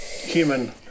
Human